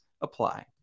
apply